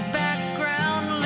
background